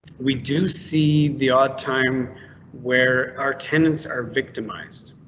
we do see the odd time where our tenants are victimized.